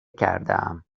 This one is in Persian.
کردهام